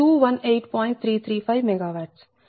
669 MW Pg2373